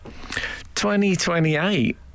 2028